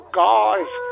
guys